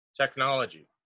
technology